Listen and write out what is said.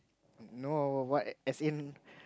no what as in